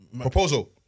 Proposal